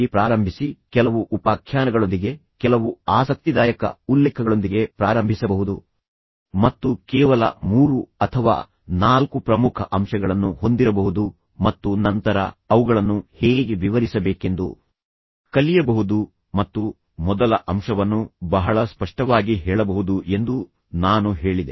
ನೀವು ಬಲವಾಗಿ ಪ್ರಾರಂಭಿಸಿ ಕೆಲವು ಉಪಾಖ್ಯಾನಗಳೊಂದಿಗೆ ಕೆಲವು ಆಸಕ್ತಿದಾಯಕ ಉಲ್ಲೇಖಗಳೊಂದಿಗೆ ಪ್ರಾರಂಭಿಸಬಹುದು ಮತ್ತು ಕೇವಲ ಮೂರು ಅಥವಾ ನಾಲ್ಕು ಪ್ರಮುಖ ಅಂಶಗಳನ್ನು ಹೊಂದಿರಬಹುದು ಮತ್ತು ನಂತರ ಅವುಗಳನ್ನು ಹೇಗೆ ವಿವರಿಸಬೇಕೆಂದು ಕಲಿಯಬಹುದು ಮತ್ತು ಮೊದಲ ಅಂಶವನ್ನು ಬಹಳ ಸ್ಪಷ್ಟವಾಗಿ ಹೇಳಬಹುದು ಎಂದು ನಾನು ಹೇಳಿದೆ